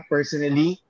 Personally